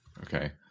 Okay